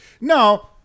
no